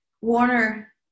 Warner